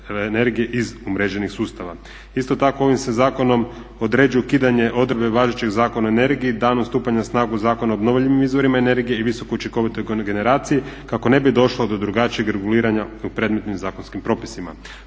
iz umreženih sustava. Isto tako, ovim se zakonom određuje ukidanje odredbe važećeg Zakona o energiji danom stupanja na snagu Zakona o obnovljivim izvorima energije i visoko učinkovite kogeneracije kako ne bi došlo do drugačijeg reguliranja u predmetnim zakonskim propisima.